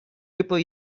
reaper